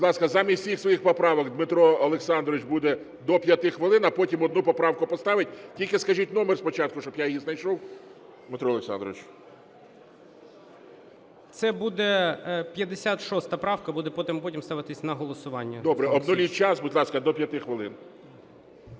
замість всіх своїх поправок Дмитро Олександрович буде до п'яти хвилин, а потім одну поправку поставить. Тільки скажіть номер спочатку, щоб я її знайшов, Дмитро Олександрович. 12:52:42 РАЗУМКОВ Д.О. Це буде 56 правка, буде потім ставитись на голосування. ГОЛОВУЮЧИЙ. Добре. Обнуліть час. Будь ласка, до 5 хвилин.